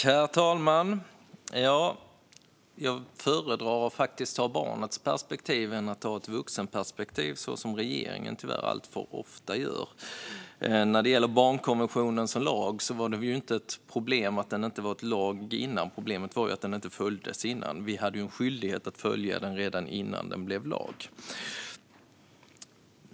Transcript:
Herr talman! Jag föredrar faktiskt att ta barnets perspektiv framför att ta ett vuxenperspektiv, så som regeringen tyvärr alltför ofta gör. När det gäller barnkonventionen var det inte ett problem att den inte var en lag innan. Problemet var att den inte följdes. Vi hade ju en skyldighet att följa den redan innan den blev lag.